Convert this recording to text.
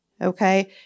Okay